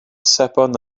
sebon